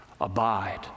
abide